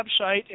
website